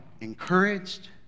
encouraged